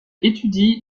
étudie